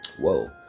Whoa